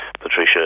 Patricia